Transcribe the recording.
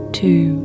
two